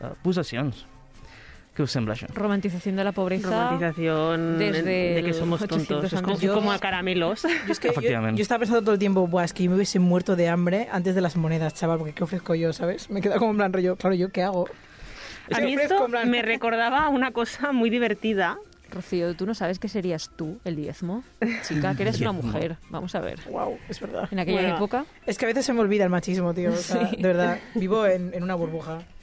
Pulsaciones. ¿Qué os sembra eso? Romantización de la pobreza Romantización desde en- de que el somos 800 tontos. Es como- antes. es Yo- como a caramelos. Yo es que- yo- Efectivamente. yo estaba pensando todo el tiempo, "Buah, es que yo me hubiese muerto de hambre antes de las monedas, chaval, porque qué ofrezco yo", ¿sabes? Me he quedado como en plan rollo, "Claro, ¿yo qué hago?". A ¿Qué mí ofrezco? esto En plan- me recordaba una cosa muy divertida. Rocío, ¿tú no sabes qué serías tú, el diezmo? Chica, que eres una El diezmo. mujer. Vamos a ver. Guau, es verdad. En aquella Bueno. época. Es que a veces se me olvida el machismo, tío, o sea, Sí. de verdad, vivo en- en una burbuja.